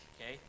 okay